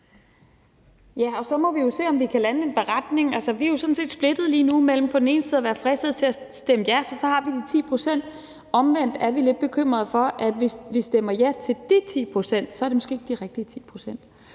Ja, og så må vi jo se, om vi kan lande en beretning. Altså, vi er jo sådan set splittet lige nu mellem på den ene side at være fristet til at stemme ja, for så har vi de 10 pct. Omvendt er vi lidt bekymrede for, at hvis vi stemmer ja til de 10 pct., er det måske ikke de rigtige 10 pct.